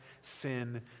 sin